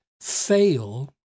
fail